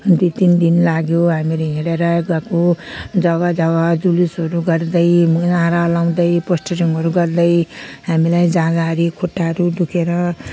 दुई तिन दिन लाग्यो हामीहरू हिँडेरै गएको जगा जगा जुलुसहरू गर्दै नारा लाउँदै पोस्टरिङहरू गर्दै हामीलाई जाँदाखेरि खुट्टाहरू दुखेर